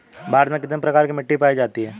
भारत में कितने प्रकार की मिट्टी पाई जाती हैं?